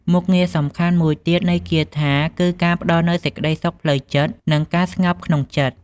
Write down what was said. មុខងារសំខាន់មួយទៀតនៃគាថាគឺការផ្តល់នូវសេចក្តីសុខផ្លូវចិត្តនិងការស្ងប់ក្នុងចិត្ត។